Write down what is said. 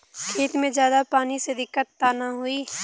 खेत में ज्यादा पानी से दिक्कत त नाही होई?